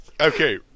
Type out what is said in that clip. okay